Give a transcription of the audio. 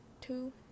two